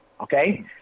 Okay